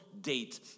date